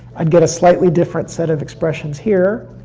i'd get a slightly different set of expressions here,